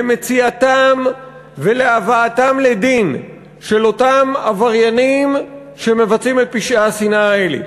למציאתם ולהבאתם לדין של אותם עבריינים שמבצעים את פשעי השנאה האלה.